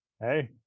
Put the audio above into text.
hey